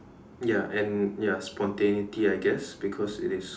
ya and ya spontaneity I guess because it is